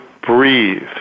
breathe